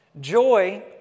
Joy